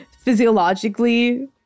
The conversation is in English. physiologically